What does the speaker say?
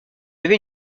avait